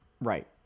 Right